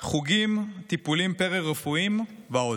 חוגים, טיפולים פארה-רפואיים ועוד.